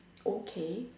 okay